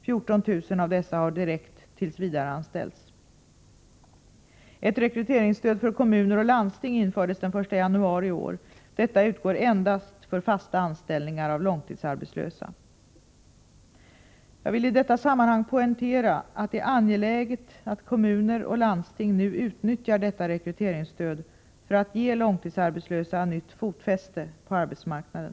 14 000 av dessa har direkt tillsvidareanställts. Jag vill i detta sammanhang poängtera att det är angeläget att kommuner och landsting nu utnyttjar detta rekryteringsstöd för att ge långtidsarbetslösa nytt fotfäste på arbetsmarknaden.